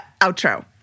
outro